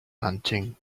hunting